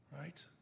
right